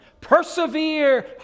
persevere